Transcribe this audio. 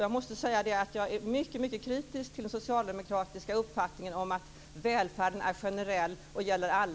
Jag måste säga att jag är mycket kritisk till den socialdemokratiska uppfattningen om att välfärden är generell och gäller alla.